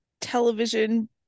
television